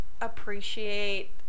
appreciate